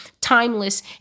timeless